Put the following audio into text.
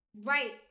Right